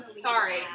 Sorry